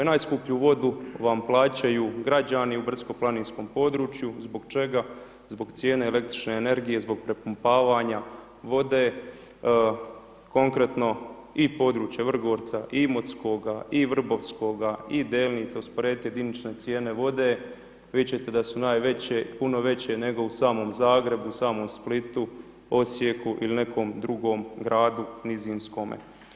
Najskuplju vodu vam plaćaju građani u brdsko-planinskom području zbog čega, zbog cijene električne energije, zbog prepumpavanja vode, konkretno i područje Vrgorca i Imotskoga i Vrbovskoga i Delnica, usporedite jedinične cijene vode, vidjet ćete da su najveće, puno veće nego u samom Zagrebu, samom Splitu, Osijeku ili nekom drugom gradu nizinskome.